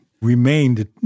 remained